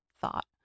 thought